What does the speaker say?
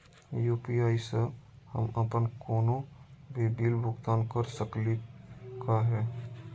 UPI स हम अप्पन कोनो भी बिल भुगतान कर सकली का हे?